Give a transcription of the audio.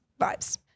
Vibes